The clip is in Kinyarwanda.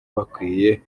bakwiye